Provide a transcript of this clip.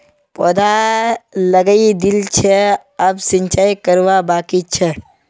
पौधा लगइ दिल छि अब सिंचाई करवा बाकी छ